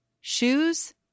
Shoes